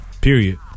period